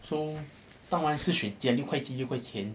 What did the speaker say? so 当然是选六块鸡六块钱